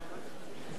היל"ה.